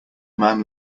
man